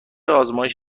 آزمایش